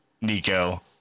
Nico